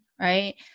right